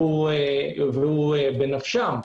ובנפשם,